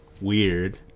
weird